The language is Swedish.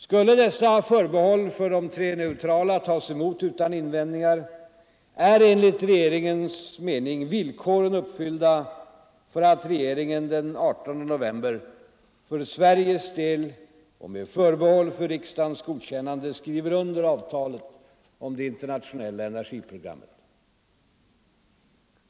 Skulle dessa förbehåll för de tre neutrala tas emot utan invändningar är enligt regeringens mening villkoren uppfyllda för att regeringen den 18 november för Sveriges del och med förbehåll för riksdagens godkännande skriver under avtalet om det internationella energiprogrammet.